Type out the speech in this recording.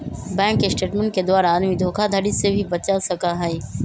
bank statement के द्वारा आदमी धोखाधडी से भी बच सका हई